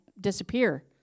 disappear